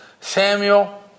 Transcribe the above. Samuel